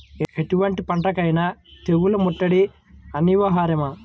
ఎటువంటి పంటలకైన తెగులు ముట్టడి అనివార్యమా?